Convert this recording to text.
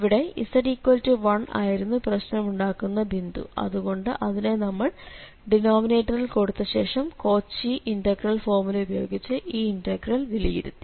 ഇവിടെ z1ആയിരുന്നു പ്രശ്നമുണ്ടാക്കുന്ന ബിന്ദു അതുകൊണ്ട് അതിനെ നമ്മൾ ഡിനോമിനേറ്ററിൽ കൊടുത്ത ശേഷം കോച്ചി ഇന്റഗ്രൽ ഫോർമുല ഉപയോഗിച്ച് ഈ ഇന്റഗ്രൽ വിലയിരുത്തി